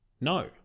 No